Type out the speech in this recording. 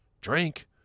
drink